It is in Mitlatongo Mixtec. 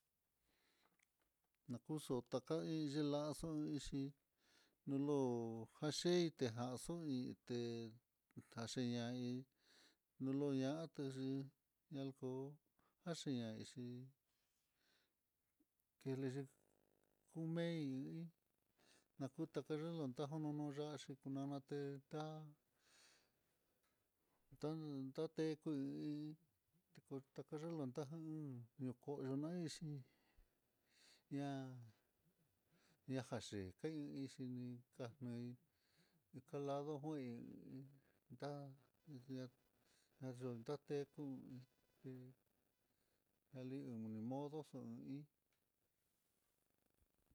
Nakuxo taka iin xhi lazo iinxhi hó aceite jaxo'o idé taxhiña iin nulu ñatexhi, nakoo nac chi keli kumein, hí nakuta tayelón tajujunu ya'á xhí kunana té, ta tatenkui hí tiku takayelon ta'a un nokoyo ñaiinxhi ña ñajayekein, xhi kaneí kalado juin, ta'a ña nayo'o ta teku té naliun nimodo xon hí.